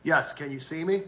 yes can you see me